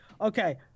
Okay